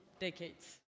decades